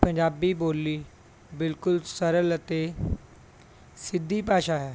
ਪੰਜਾਬੀ ਬੋਲੀ ਬਿਲਕੁਲ ਸਰਲ ਅਤੇ ਸਿੱਧੀ ਭਾਸ਼ਾ ਹੈ